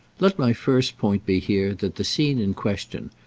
let my first point be here that the scene in question,